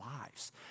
lives